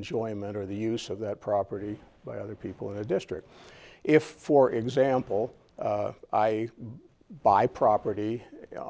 enjoyment or the use of that property by other people as district if for example i buy property